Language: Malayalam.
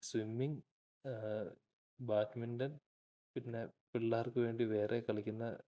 സ്വിമ്മിങ് ബാഡ്മിൻറ്റൺ പിന്നെ പിള്ളാർക്കുവേണ്ടി വേറെ കളിക്കുന്ന